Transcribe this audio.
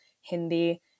Hindi